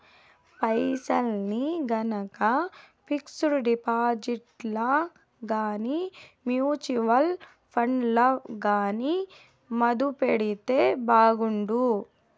పైసల్ని గనక పిక్సుడు డిపాజిట్లల్ల గానీ, మూచువల్లు ఫండ్లల్ల గానీ మదుపెడితే బాగుండు